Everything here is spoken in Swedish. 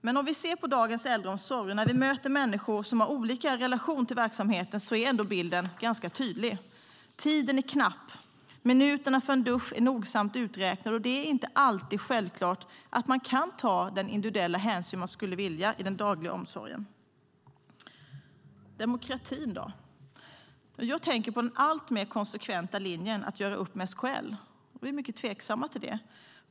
Men om vi ser på dagens äldreomsorg, och när vi möter människor som har olika relation till verksamheten, är ändå bilden ganska tydlig. Tiden är knapp. Minuterna för en dusch är nogsamt uträknade, och det är inte alltid självklart att man kan ta den individuella hänsyn som man skulle vilja i den dagliga omsorgen. Hur är det med demokratin? Jag tänker på den alltmer konsekventa linjen att göra upp med SKL. Vi är mycket tveksamma till det.